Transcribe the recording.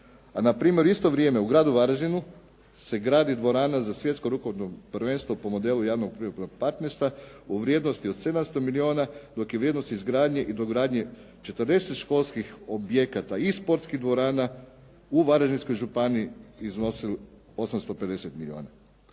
a na primjer u isto vrijeme u gradu Varaždinu se gradi dvorana za svjetsko rukometno prvenstvo po modelu javno-privatnog partnerstva u vrijednosti od 700 milijuna, dok je vrijednost izgradnje i dogradnje 40 školskih objekata i sportskih dvorana u Varaždinskoj županiji iznosi 850 milijuna.